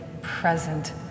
present